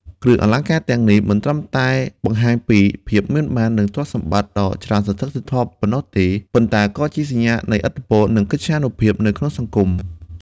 គ្រឿងអលង្ការទាំងនេះមិនត្រឹមតែបង្ហាញពី ភាពមានបាន និងទ្រព្យសម្បត្តិដ៏ច្រើនសន្ធឹកសន្ធាប់ប៉ុណ្ណោះទេ ប៉ុន្តែក៏ជាសញ្ញានៃ ឥទ្ធិពល និងកិត្យានុភាព នៅក្នុងសង្គម។